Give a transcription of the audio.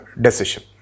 decision